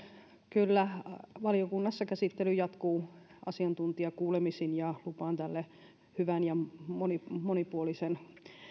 kyllä valiokunnassa käsittely jatkuu asiantuntijakuulemisin ja lupaan tälle hyvän ja monipuolisen